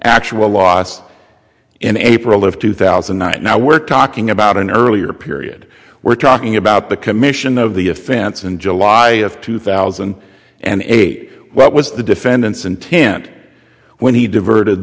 actual loss in april of two thousand and nine now we're talking about an earlier period we're talking about the commission of the offense in july of two thousand and eight what was the defendant's intent when he diverted